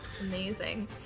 Amazing